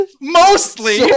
Mostly